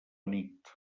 nit